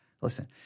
Listen